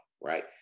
right